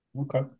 Okay